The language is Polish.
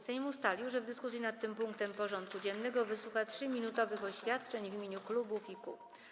Sejm ustalił, że w dyskusji nad tym punktem porządku dziennego wysłucha 3-minutowych oświadczeń w imieniu klubów i kół.